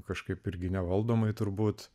kažkaip irgi nevaldomai turbūt